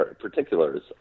particulars